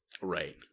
Right